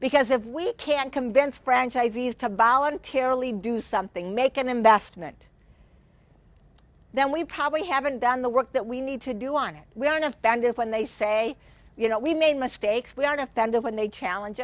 because if we can convince franchisees to voluntarily do something make an investment then we probably haven't done the work that we need to do on it we are not offended when they say you know we've made mistakes we aren't offended when they challenge